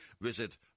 visit